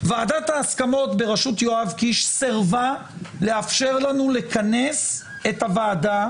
ועדת ההסכמות בראשות יואב קיש סירבה לאפשר לנו לכנס את הוועדה,